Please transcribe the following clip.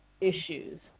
issues